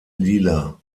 lila